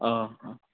अह ओह